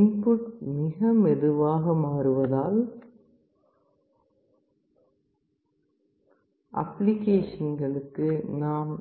input மிக மெதுவாக மாறும் அப்ளிகேஷன்களுக்கு நாம்